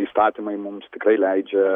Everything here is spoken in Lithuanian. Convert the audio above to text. įstatymai mums tikrai leidžia